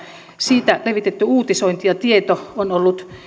siitä levitetty uutisointi ja tieto ovat olleet